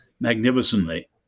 magnificently